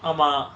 ஆமா:aama